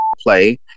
play